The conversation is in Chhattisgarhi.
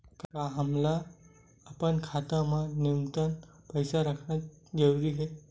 का हमला अपन खाता मा न्यूनतम पईसा रखना जरूरी हे?